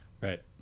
right